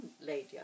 lady